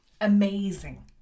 Amazing